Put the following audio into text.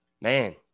man